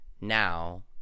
now